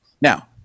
Now